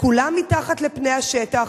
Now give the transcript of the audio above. וכולם מתחת לפני השטח,